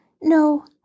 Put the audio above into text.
No